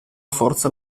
forza